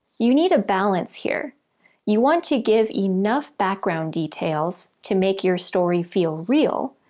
you need a balance here you want to give enough background details to make your story feel real,